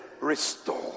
restore